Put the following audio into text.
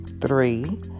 Three